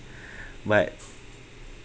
but